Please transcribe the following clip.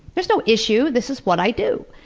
there's no issue. this is what i do.